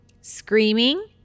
Screaming